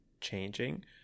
changing